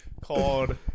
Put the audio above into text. called